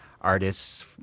artists